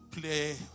play